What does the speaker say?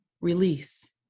release